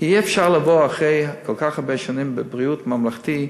כי אי-אפשר לבוא אחרי כל כך הרבה שנים בבריאות ממלכתית,